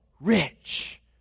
rich